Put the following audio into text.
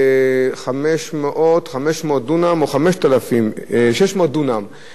500 דונם או 600 דונם בערבה,